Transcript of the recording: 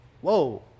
Whoa